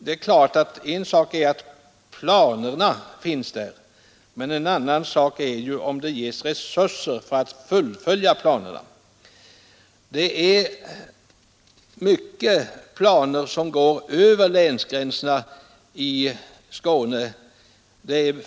Det är ju en sak att planera, en annan sak är om det ges resurser för att fullfölja planerna. Vi vet alla att många planer går över länsgränserna i Skåne.